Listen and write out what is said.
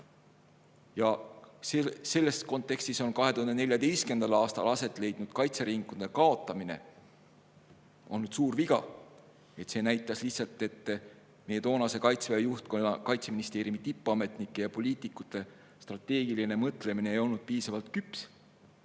Selles kontekstis oli 2014. aastal aset leidnud kaitseringkondade kaotamine suur viga. See näitas lihtsalt, et meie toonase Kaitseväe juhtkonna, Kaitseministeeriumi tippametnike ja poliitikute strateegiline mõtlemine ei olnud piisavalt küps.